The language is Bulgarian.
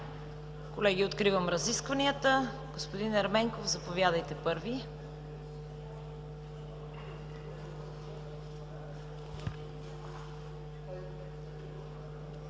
Колеги, откривам разискванията. Господин Ерменков, заповядайте.